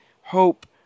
Hope